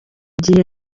gihe